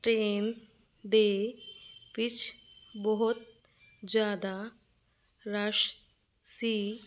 train ਦੇ ਵਿੱਚ ਬਹੁਤ ਜ਼ਿਆਦਾ ਰਸ਼ ਸੀ